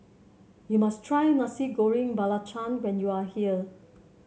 you must try Nasi Goreng Belacan when you are here